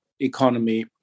economy